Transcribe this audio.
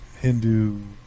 Hindu